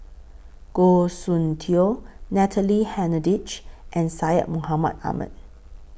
Goh Soon Tioe Natalie Hennedige and Syed Mohamed Ahmed